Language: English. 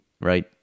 right